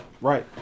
right